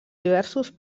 diversos